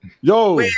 Yo